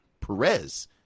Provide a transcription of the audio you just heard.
Perez